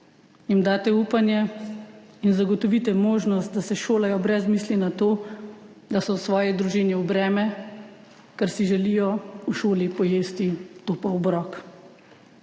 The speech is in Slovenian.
jim date upanje in zagotovite možnost, da se šolajo brez misli na to, da so svoji družini v breme, ker si želijo v šoli pojesti topel obrok.